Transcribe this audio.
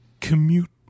commute